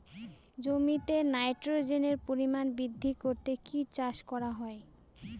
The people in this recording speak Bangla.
জমিতে নাইট্রোজেনের পরিমাণ বৃদ্ধি করতে কি চাষ করা হয়?